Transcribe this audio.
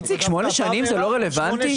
שמונה שנים זה לא רלוונטי?